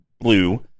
blue